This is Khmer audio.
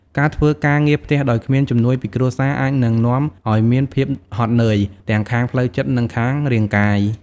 ការធ្វើការងារផ្ទះដោយគ្មានជំនួយពីគ្រួសារអាចនឹងនាំឱ្យមានភាពហត់នឿយ ទាំងខាងផ្លូវចិត្ត និងខាងរាងកាយ។